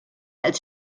als